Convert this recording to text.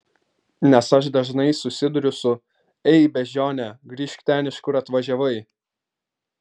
nes aš dažnai susiduriu su ei beždžione grįžk ten iš kur atvažiavai